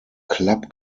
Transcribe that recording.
club